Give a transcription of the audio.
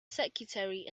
secretary